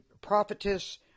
Prophetess